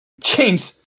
James